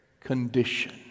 condition